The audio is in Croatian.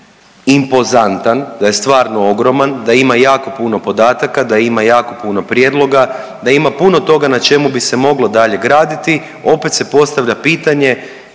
stvarno impozantan, da je stvarno ogroman, da ima jako puno podataka, da ima jako puno prijedloga, da ima puno toga na čemu bi se moglo dalje graditi. Opet se postavlja pitanje